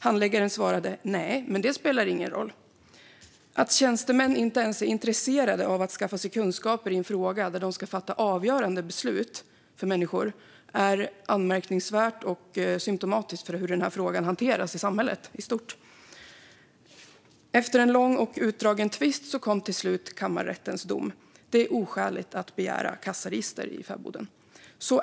Handläggaren svarade: Nej, men det spelar ingen roll. STYLEREF Kantrubrik \* MERGEFORMAT Svar på interpellationerEfter en lång och utdragen tvist kom till slut kammarrättens dom: Det är oskäligt att begära kassaregister i fäboden.